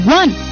one